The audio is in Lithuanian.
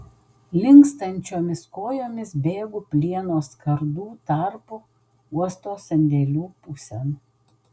linkstančiomis kojomis bėgu plieno skardų tarpu uosto sandėlių pusėn